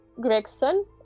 Gregson